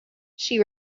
she